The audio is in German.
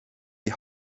die